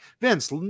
Vince